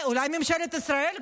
ממשלת ישראל.